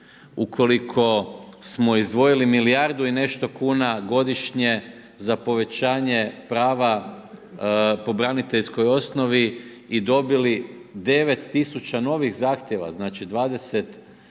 Ukoliko smo izdvojili milijardu i nešto kuna godišnje za povećanje prava po braniteljskoj osnovi i dobili 9 tisuća novih zahtjeva, znači